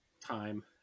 time